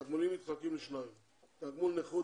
התגמולים מתחלקים לשניים: תגמול נכות